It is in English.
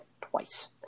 twice